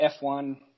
F1